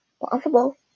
Possible